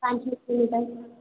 पाँच दस मिनट पर